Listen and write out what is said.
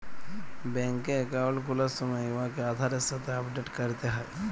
ব্যাংকে একাউল্ট খুলার সময় উয়াকে আধারের সাথে আপডেট ক্যরতে হ্যয়